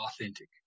authentic